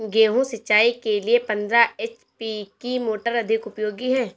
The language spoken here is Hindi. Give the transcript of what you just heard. गेहूँ सिंचाई के लिए पंद्रह एच.पी की मोटर अधिक उपयोगी है?